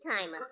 timer